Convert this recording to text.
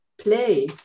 play